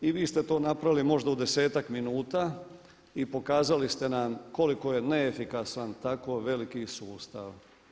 I vi ste to napravili možda u desetak minuta i pokazali ste nam koliko je neefikasan tako veliki sustav.